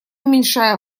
уменьшая